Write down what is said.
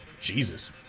jesus